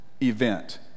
event